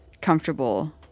comfortable